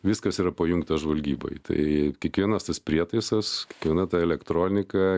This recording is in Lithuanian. viskas yra pajungta žvalgybai tai kiekvienas tas prietaisas kiekviena ta elektronika